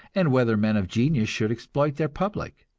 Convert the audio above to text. and whether men of genius should exploit their public.